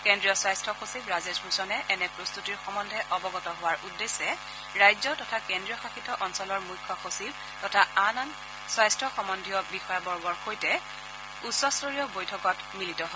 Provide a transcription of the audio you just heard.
কেন্দ্ৰীয় স্বাস্থ্য সচিব ৰাজেশ ভূষণে এনে প্ৰস্তুতিৰ সমন্ধে অৱগত হোৱাৰ উদ্দেশ্যে ৰাজ্য তথা কেন্দ্ৰীয় শাসিত অঞ্চলৰ মুখ্য সচিব তথা আন আন স্বাস্থ্য সমন্ধীয় বিষয়াবৰ্গৰ সৈতে উচ্চস্তৰীয় বৈঠকত মিলিত হয়